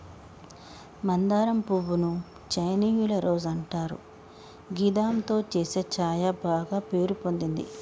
మందారం పువ్వు ను చైనీయుల రోజ్ అంటారు గిదాంతో చేసే ఛాయ బాగ పేరు పొందింది